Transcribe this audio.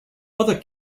other